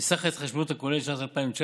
מסך ההתחשבנות הכוללת לשנת 2019,